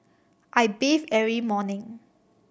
I bathe every morning